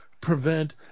prevent